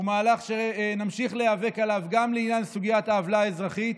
הוא מהלך שנמשיך להיאבק עליו גם לעניין סוגיית העוולה האזרחית.